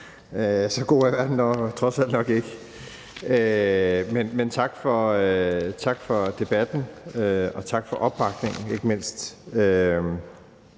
Så god er verden trods alt nok ikke, men tak for debatten, og tak for opbakningen, ikke mindst